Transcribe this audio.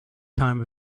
time